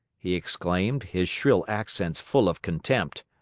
he exclaimed, his shrill accents full of contempt.